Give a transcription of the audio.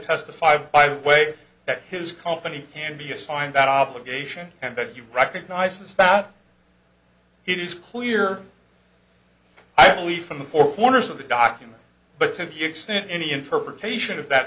testify by the way that his company can be assigned that obligation and that you recognizes that it is clear i believe from the four corners of the document but to the extent any in for creation of that